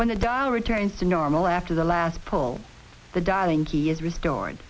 when the dow returns to normal after the last pull the dying key is restored